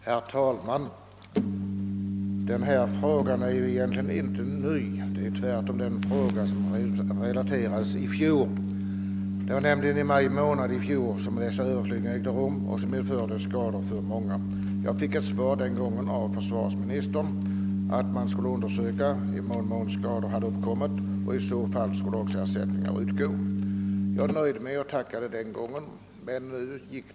Herr talman! Denna fråga är egentligen inte ny — vi diskuterade den redan i fjol. Det var nämligen i maj månad förra året som dessa överflygningar ägde rum och medförde skador för många. Jag fick den gången av försvarsministern svaret, att man skulle undersöka i vad mån skador hade uppkommit och att ersättning skulle utgå i de fall skador skett. Jag var nöjd med det beskedet och tackade för svaret.